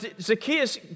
Zacchaeus